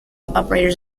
operators